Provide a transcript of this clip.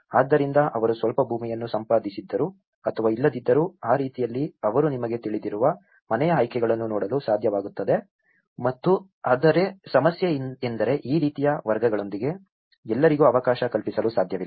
ಆದ್ದರಿಂದ ಅವರು ಸ್ವಲ್ಪ ಭೂಮಿಯನ್ನು ಸಂಪಾದಿಸಿದ್ದರೂ ಅಥವಾ ಇಲ್ಲದಿದ್ದರೂ ಆ ರೀತಿಯಲ್ಲಿ ಅವರು ನಿಮಗೆ ತಿಳಿದಿರುವ ಮನೆಯ ಆಯ್ಕೆಗಳನ್ನು ನೋಡಲು ಸಾಧ್ಯವಾಗುತ್ತದೆ ಮತ್ತು ಆದರೆ ಸಮಸ್ಯೆಯೆಂದರೆ ಈ ರೀತಿಯ ವರ್ಗಗಳೊಂದಿಗೆ ಎಲ್ಲರಿಗೂ ಅವಕಾಶ ಕಲ್ಪಿಸಲು ಸಾಧ್ಯವಿಲ್ಲ